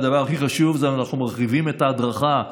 והדבר הכי חשוב זה שאנחנו מרחיבים את ההדרכה.